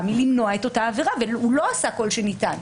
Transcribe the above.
מלמנוע את אותה עבירה והוא לא עשה כל שניתן.